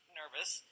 nervous